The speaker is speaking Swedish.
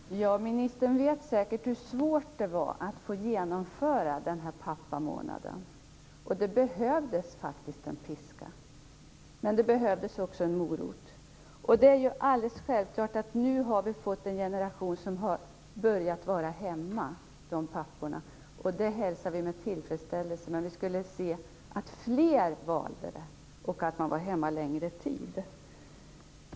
Fru talman! Ministern vet säkert hur svårt det var att genomföra pappamånaden. Det behövdes faktiskt en piska, men det behövdes också en morot. Det är helt självklart att vi nu har fått en generation med pappor som har börjat vara hemma. Det hälsar vi med tillfredsställelse, men vi skulle vilja se att fler valde det och var hemma längre tid.